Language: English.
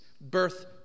birth